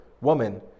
woman